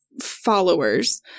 followers